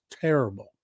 Terrible